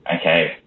Okay